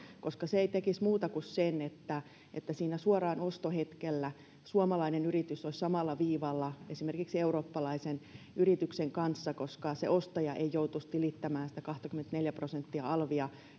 se ei tekisi muuta kuin sen että että siinä suoraan ostohetkellä suomalainen yritys olisi samalla viivalla esimerkiksi eurooppalaisen yrityksen kanssa koska se ostaja ei joutuisi tilittämään sisään sitä kahtakymmentäneljää prosenttia alvia